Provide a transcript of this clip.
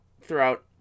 Throughout